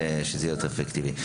שזה יהיה יותר אפקטיבי.